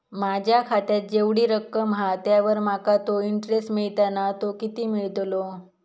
माझ्या खात्यात जेवढी रक्कम हा त्यावर माका तो इंटरेस्ट मिळता ना तो किती मिळतलो?